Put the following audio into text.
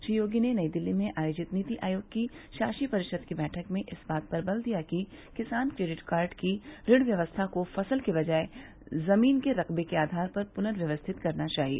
श्री योगी ने नई दिल्ली में आयोजित नीति आयोग की शासी परिषद की बैठक में इस बात पर बल दिया कि किसान केडिट कार्ड की ऋण व्यवस्था को फ़सल के बजाय जमीन के रक़बे के आधार पर पूर्नव्यस्थित करना चाहिए